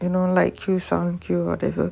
you know like cues are one cue whatever